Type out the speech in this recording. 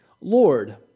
Lord